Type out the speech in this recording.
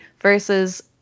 versus